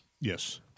yes